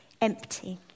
empty